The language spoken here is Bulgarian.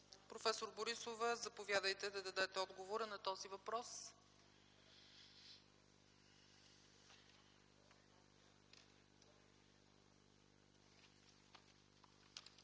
Професор Борисова, заповядайте да дадете отговор на този въпрос.